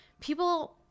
people